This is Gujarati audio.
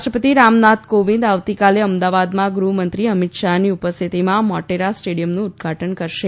રાષ્ટ્રપતિ રામનાથ કોવિંદ આવતીકાલે અમદાવાદમાં ગૃહમંત્રી અમિત શાહની ઉપસ્થિતિમાં મોટેરા સ્ટેડિયમનું ઉદ્દઘાટન કરશે